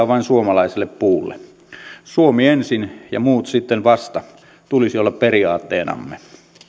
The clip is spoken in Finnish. vain suomalaiselle puulle suomi ensin ja muut sitten vasta tulisi olla periaatteenamme